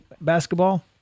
basketball